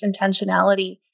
intentionality